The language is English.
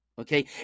Okay